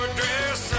dress